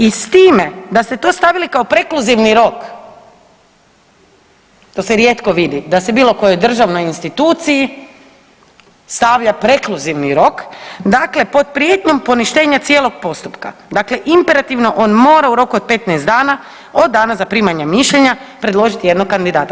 I s time da ste to stavili kao prekluzivni rok to se rijetko vidi da se bilo kojoj državnoj instituciji stavlja prekluzivni rok dakle pod prijetnjom poništenja cijelog postupka, dakle imperativno on mora u roku od 15 dana od dana zaprimanja mišljenja predložiti jednog kandidata.